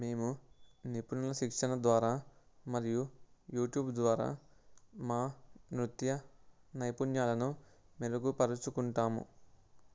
మేము నిపుణుల శిక్షణ ద్వారా మరియు యూట్యూబ్ ద్వారా మా నృత్య నైపుణ్యాలను మెరుగుపరుచుకుంటాము